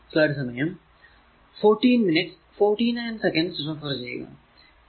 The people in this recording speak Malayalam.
അതിനാൽ 0